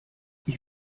ich